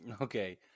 Okay